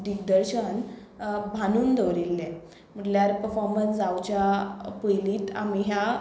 दिग्दर्शान भानून दवरिल्लें म्हटल्यार पफॉमन्स जावच्या पयलींत आमी ह्या